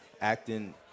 acting